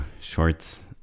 shorts